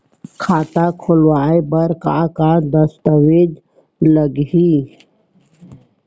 खाता खोलवाय बर का का दस्तावेज लागही?